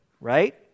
right